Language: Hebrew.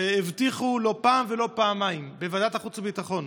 שהבטיחו לא פעם ולא פעמיים בוועדת החוץ והביטחון